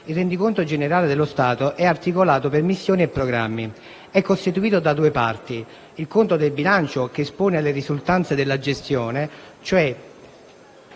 il rendiconto generale dello Stato, è articolato per missioni e programmi. È costituito da due parti: il conto del bilancio, che espone le risultanze della gestione, cioè